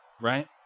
Right